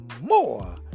more